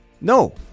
No